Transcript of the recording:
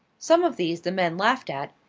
some of these the men laughed at,